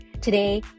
Today